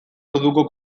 orduko